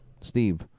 Steve